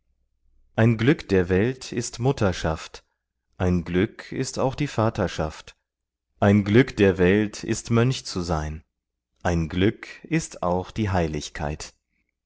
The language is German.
ein glück der welt ist mutterschaft ein glück ist auch die vaterschaft ein glück der welt ist mönch zu sein ein glück ist auch die heiligkeit